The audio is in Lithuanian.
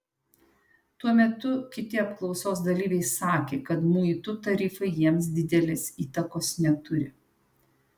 tuo metu kiti apklausos dalyviai sakė kad muitų tarifai jiems didelės įtakos neturi